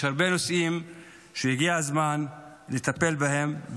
יש הרבה נושאים שהגיע הזמן לטפל בהם,